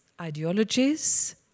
ideologies